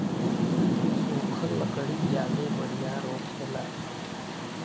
सुखल लकड़ी ज्यादे बरियार होखेला